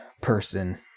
person